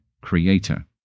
creator